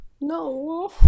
no